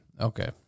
Okay